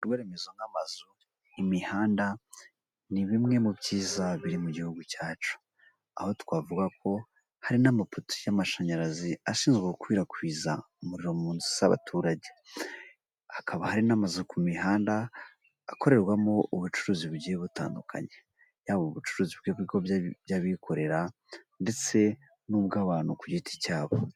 Ibikorwaremezo n’amazu, imihanda ni bimwe mu byiza biri mu gihugu cyacu. Aho twavuga ko hari n'amapoto y'amashanyarazi ashinzwe gukwirakwiza umuriro mu nzu z'abaturage, hakaba hari n'amazu ku mihanda akorerwamo ubucuruzi bugiye butandukanye yaba ubucuruzi bw'ibigo by'abikorera ndetse n'ubw'abantu ku giti cyabo.